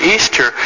Easter